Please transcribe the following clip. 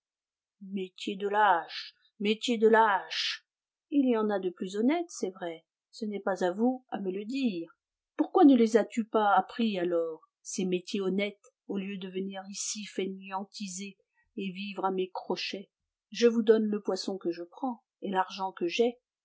métier de lâche métier de lâche il y en a de plus honnêtes c'est vrai ce n'est pas à vous à me le dire pourquoi ne les as-tu pas pris alors ces métiers honnêtes au lieu de venir ici fainéantiser et vivre à mes crochets je vous donne le poisson que je prends et l'argent que j'ai